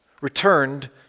Returned